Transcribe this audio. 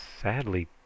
sadly